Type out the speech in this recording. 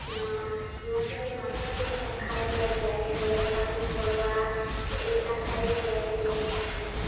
সিহঁতে মাছে মাছক খাই পেলাই জীয়াই থাকে বা পোক পৰুৱা এইবিলাক খায়ে জীয়াই থাকে